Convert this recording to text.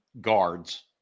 guards